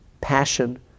passion